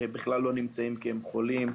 לא נמצאים כי הם חולים.